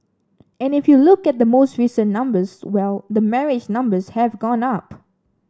and if you look at the most recent numbers well the marriage numbers have gone up